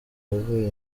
yavuye